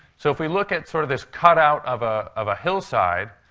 so if we look at sort of this cutout of a of a hillside,